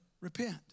Repent